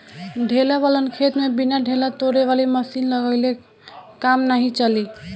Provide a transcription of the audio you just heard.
ढेला वालन खेत में बिना ढेला तोड़े वाली मशीन लगइले काम नाइ चली